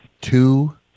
two